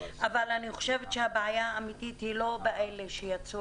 אבל הבעיה האמיתית היא לא באלו שיצאו